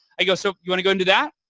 i go, so, you want to go into that?